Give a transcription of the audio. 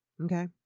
okay